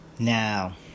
Now